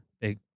big